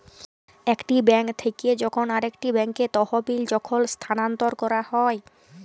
একটি বেঙ্ক থেক্যে যখন আরেকটি ব্যাঙ্কে তহবিল যখল স্থানান্তর ক্যরা হ্যয়